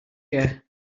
year